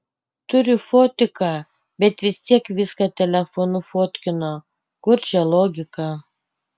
turi fotiką bet vis tiek viską telefonu fotkino kur čia logika